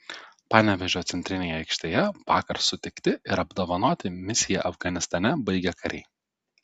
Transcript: panevėžio centrinėje aikštėje vakar sutikti ir apdovanoti misiją afganistane baigę kariai